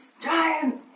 Giants